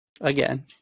Again